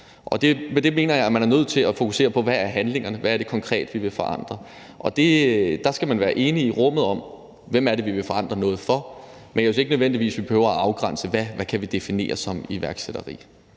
op. Med det mener jeg, at man er nødt til at fokusere på, hvad handlingerne er, og hvad det konkret er, vi vil forandre, og der skal man være enige i rummet om, hvem man vil forandre noget for, men jeg synes ikke nødvendigvis, at vi behøver at afgrænse, hvad vi kan definere som iværksætteri.